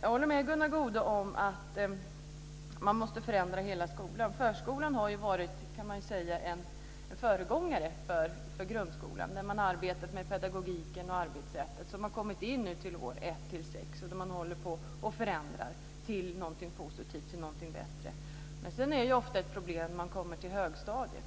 Jag håller med Gunnar Goude om att man måste förändra hela skolan. Förskolan kan man säga har varit en föregångare till grundskolan när det gäller pedagogiken och arbetssättet, som nu har kommit in i årskurserna 1 till 6 och som man nu håller på att förändra till något positivt och bättre. Men sedan är det ofta problem när man kommer till högstadiet